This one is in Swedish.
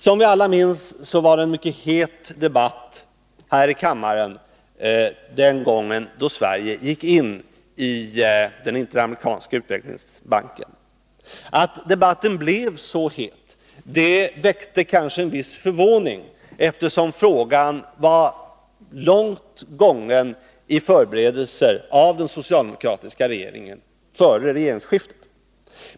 Som vi alla minns var det en mycket het debatt här i kammaren den gång då Sverige beslutade att gå in i den banken. Att debatten blev så het väckte kanske en viss förvåning, eftersom frågan var långt gången i förberedelser av den socialdemokratiska regeringen före regeringsskiftet.